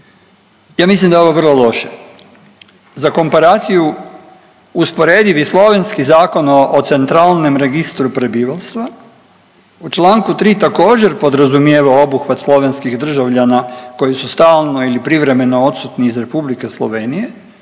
Ja mislim da je ovo vrlo loše. Za komparaciju usporedivi slovenski zakon o centralne registru prebivalstva u čl. 3 također podrazumijeva obuhvat slovenskih državljana koji su stalno ili privremeno odsutni iz Republike Slovenije